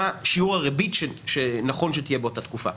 שיעור הריבית שנכון שתהיה באותה תקופה.